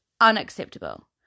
unacceptable